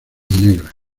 negras